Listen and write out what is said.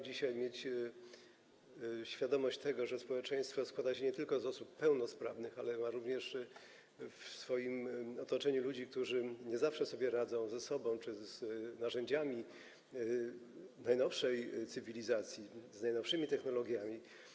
Dzisiaj mamy świadomość tego, że społeczeństwo składa się nie tylko z osób pełnosprawnych, ale są również w otoczeniu ludzie, którzy nie zawsze radzą sobie ze sobą czy z narzędziami najnowszej cywilizacji, z najnowszymi technologiami.